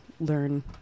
learn